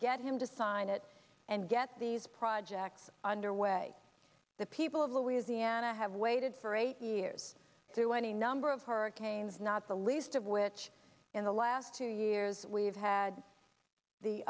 get him to sign it and get these projects underway the people of louisiana have waited for eight years through any number of hurricanes not the least of which in the last two years we've had the